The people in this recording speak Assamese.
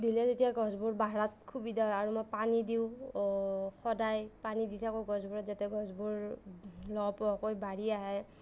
দিলে যেতিয়া গছবোৰ বঢ়াত সুবিধা হয় আৰু মই পানী দিওঁ সদায় পানী দি থাকোঁ গছবোৰত যাতে গছবোৰ লহ পহকৈ বাঢ়ি আহে